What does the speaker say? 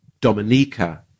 Dominica